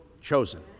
chosen